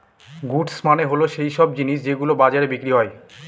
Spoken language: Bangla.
গুডস মানে হল সৈইসব জিনিস যেগুলো বাজারে বিক্রি হয়